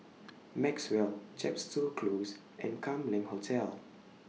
Maxwell Chepstow Close and Kam Leng Hotel